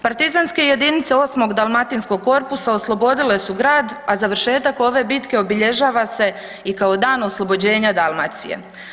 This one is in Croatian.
Partizanske jedinice 8. dalmatinskog korpusa oslobodile su grad a završetak ove bitke obilježava se i kad Dan oslobođenja Dalmacije.